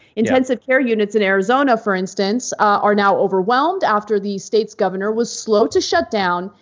intensive care units in arizona, for instance, are now overwhelmed after the state's governor was slow to shut down,